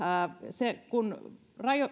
se että kun